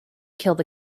killed